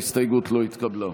ההסתייגות לא התקבלה.